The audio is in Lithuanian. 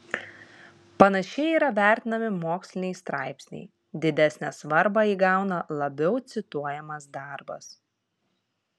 panašiai yra vertinami moksliniai straipsniai didesnę svarbą įgauna labiau cituojamas darbas